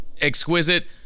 exquisite